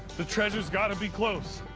the treasure's gotta be close.